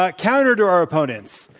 ah counter to our opponents.